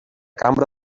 cambra